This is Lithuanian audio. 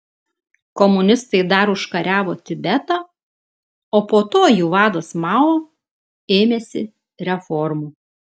komunistai dar užkariavo tibetą o po to jų vadas mao ėmėsi reformų